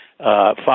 Five